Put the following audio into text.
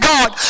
God